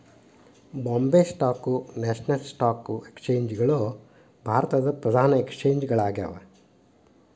Bombay stock national stock exchange ಗಳು ಭಾರತದ್ ಪ್ರಧಾನ ಎಕ್ಸ್ಚೇಂಜ್ ಗಳಾಗ್ಯಾವ